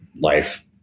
life